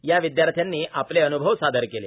या विद्यार्थ्यांनी आपले अन्भव सादर केले